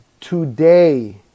today